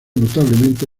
notablemente